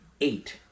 eight